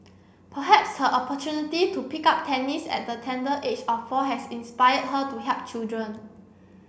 perhaps her opportunity to pick up tennis at the tender age of four has inspired her to help children